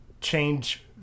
change